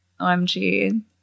OMG